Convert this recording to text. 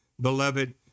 beloved